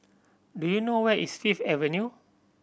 do you know where is Fifth Avenue